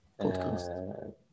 podcast